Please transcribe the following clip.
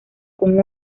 con